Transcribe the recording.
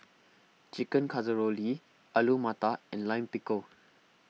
Chicken Casserole Li Alu Matar and Lime Pickle